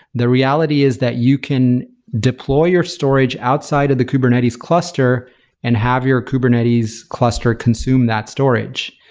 the reality is that you can deploy your storage outside of the kubernetes cluster and have your kubernetes cluster consume that storage.